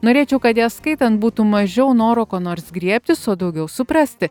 norėčiau kad ją skaitant būtų mažiau noro ko nors griebtis o daugiau suprasti